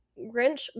Grinch